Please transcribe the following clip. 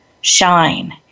shine